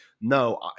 no